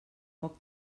poc